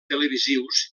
televisius